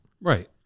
Right